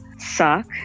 Suck